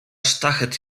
sztachet